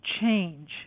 change